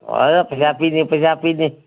ꯑꯦ ꯄꯩꯁꯥ ꯄꯤꯅꯤ ꯄꯩꯁꯥ ꯄꯤꯅꯤ